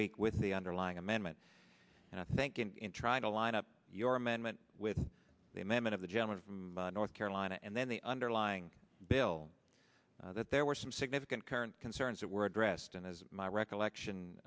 week with the underlying amendment and i think in trying to line up your amendment with the amendment of the gentleman from north carolina and then the underlying bill that there were some significant current concerns that were addressed and as my recollection